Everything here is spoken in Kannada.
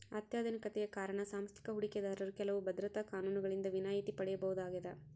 ಅತ್ಯಾಧುನಿಕತೆಯ ಕಾರಣ ಸಾಂಸ್ಥಿಕ ಹೂಡಿಕೆದಾರರು ಕೆಲವು ಭದ್ರತಾ ಕಾನೂನುಗಳಿಂದ ವಿನಾಯಿತಿ ಪಡೆಯಬಹುದಾಗದ